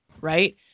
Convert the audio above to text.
right